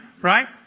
right